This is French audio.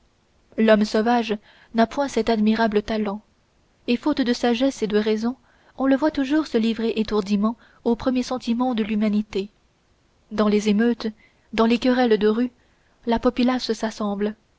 l'homme sauvage n'a point cet admirable talent et faute de sagesse et de raison on le voit toujours se livrer étourdiment au premier sentiment de l'humanité dans les émeutes dans les querelles des rues la populace s'assemble